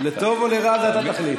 לטוב או לרע, זה אתה תחליט.